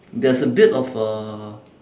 there's a bit of a